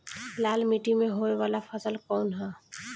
लाल मीट्टी में होए वाला फसल कउन ह?